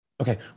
okay